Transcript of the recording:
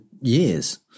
years